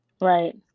Right